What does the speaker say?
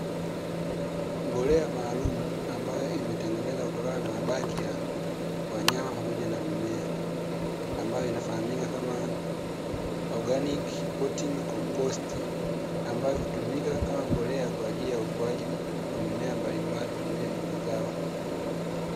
Mbolea maalumu ambayo imetengenezwa kutokana na mabaki ya wanyama pamoja na mimea, ambayo inafahamika kama ''organic puting compost'' ambayo hutumika kama mbolea kwa ajili ya ukuaji wa mimea mbalimbali pamoja na mazao.